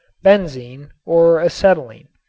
benzene or acetylene.